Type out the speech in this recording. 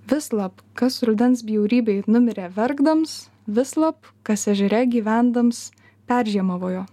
vislab kas rudens bjaurybėj numirė verkdams vislab kas ežere gyvendams peržiemavojo